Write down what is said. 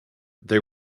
they